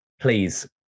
Please